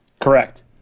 Correct